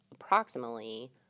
approximately